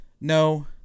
No